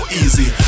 easy